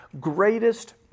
greatest